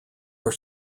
are